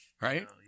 right